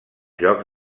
jocs